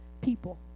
people